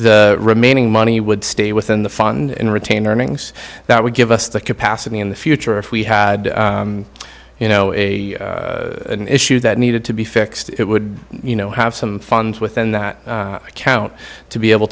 the remaining money would stay within the fund and retained earnings that would give us the capacity in the future if we had you know a issue that needed to be fixed it would you know have some funds within that account to be able